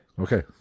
Okay